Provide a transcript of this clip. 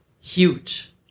huge